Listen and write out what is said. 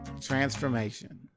transformation